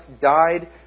died